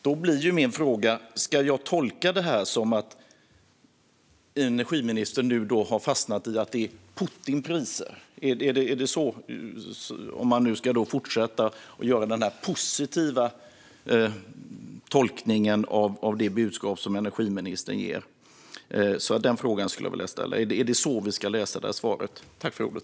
Då blir min fråga: Ska jag tolka detta som att energiministern nu har bestämt sig för att det är Putinpriser? Är det så, om man nu ska fortsätta att göra en positiv tolkning av det budskap som energiministern ger? Den frågan skulle jag vilja ställa. Är det så vi ska tolka svaret?